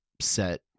set